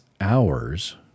hours